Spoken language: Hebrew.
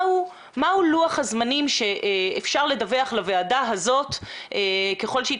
מה לוח הזמנים שאפשר לדווח לוועדה הזאת ככל שהיא